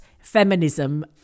feminism